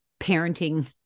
parenting